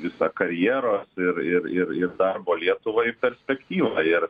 visą karjeros ir ir ir darbo lietuvoj perspektyvą ir